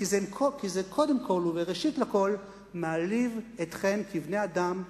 כי זה קודם כול וראשית כול מעליב אתכם כבני-אדם,